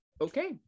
okay